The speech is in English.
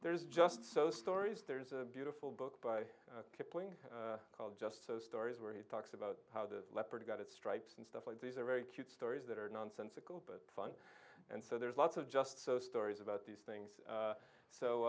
there's just so stories there's a beautiful book by kipling called just so stories where he talks about how the leopard got its stripes and stuff like these are very cute stories that are nonsensical but fun and so there's lots of just so stories about these things so so